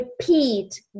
repeat